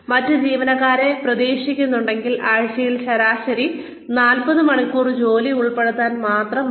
മറ്റ് ജീവനക്കാരെ പ്രതീക്ഷിക്കുന്നുണ്ടെങ്കിൽ ആഴ്ചയിൽ ശരാശരി 40 മണിക്കൂർ ജോലിയിൽ ഉൾപ്പെടുത്താൻ മാത്രം മതി